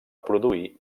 produir